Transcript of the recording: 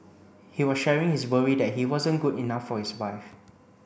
he was sharing his worry that he wasn't good enough for his wife